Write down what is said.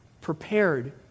prepared